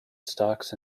stocks